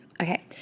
Okay